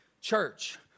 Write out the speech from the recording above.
Church